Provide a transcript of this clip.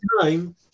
time